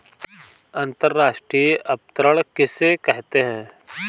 अंतर्राष्ट्रीय अंतरण किसे कहते हैं?